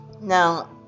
now